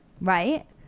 right